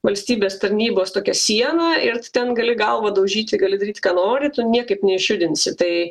valstybės tarnybos tokią sieną ir tu ten gali galvą daužyti gali daryti ką nori tu niekaip neišjudinsi tai